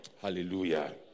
Hallelujah